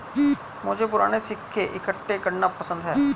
मुझे पूराने सिक्के इकट्ठे करना पसंद है